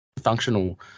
functional